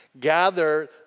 gather